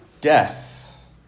death